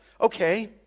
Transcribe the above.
okay